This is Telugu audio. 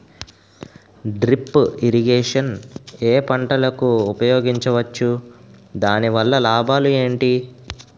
డ్రిప్ ఇరిగేషన్ ఏ పంటలకు ఉపయోగించవచ్చు? దాని వల్ల లాభాలు ఏంటి?